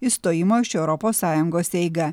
išstojimo iš europos sąjungos eigą